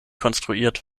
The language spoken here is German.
konstruiert